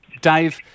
Dave